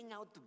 out